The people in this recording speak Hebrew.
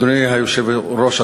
אדוני היושב-ראש,